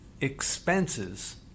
expenses